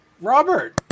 Robert